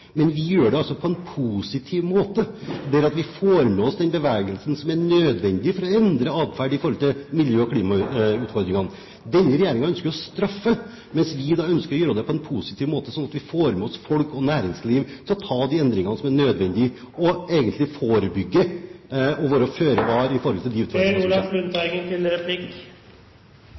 Men vi gjør det på en positiv måte, der vi får med oss den bevegelsen som er nødvendig for å endre atferd i forhold til miljø- og klimautfordringene. Denne regjeringen ønsker å straffe, mens vi ønsker å gjøre det på en positiv måte, slik at vi får med oss folk og næringsliv til å ta de endringene som er nødvendige, og å forebygge og være føre var i forhold til